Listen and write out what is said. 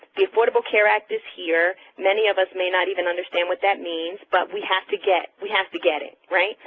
the affordable care act is here. many of us may not even understand what that means, but we have to get have to get it, right?